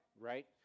right